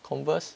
Converse